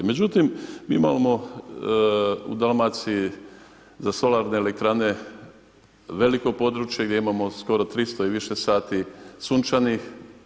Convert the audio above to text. Međutim, mi imamo u Dalmaciji za solarne elektrane veliko područje gdje imamo skoro 300 i više sati sunčanih.